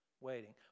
waiting